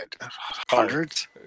Hundreds